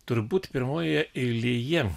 turbūt pirmojoje eilėje